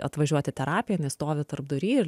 atvažiuot į terapiją jinai stovi tarpdury ir